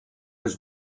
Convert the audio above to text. his